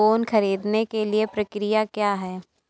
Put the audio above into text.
Loan ख़रीदने के लिए प्रक्रिया क्या है?